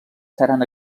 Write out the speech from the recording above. seran